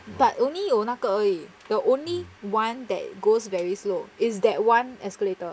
but only 有那个而已 the only one that goes very slow is that one escalator